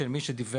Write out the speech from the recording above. של מי שדיווח